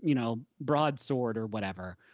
you know broad sword or whatever.